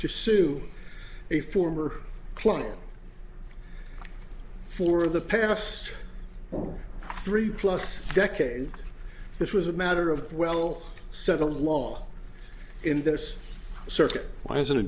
to sue a former client for the past three plus decades this was a matter of well settled law in this circuit why isn't